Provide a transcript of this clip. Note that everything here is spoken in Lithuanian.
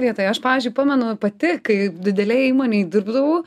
gerai tai aš pavyzdžiui pamenu pati kai didelėj įmonėj dirbdavau